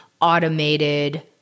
automated